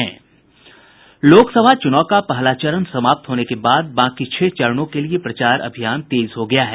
लोकसभा चुनाव का पहला चरण समाप्त होने के बाद बाकी छह चरणों के लिए प्रचार अभियान तेज हो गया है